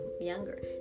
younger